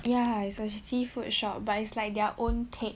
ya it's seafood shop but it's like their own take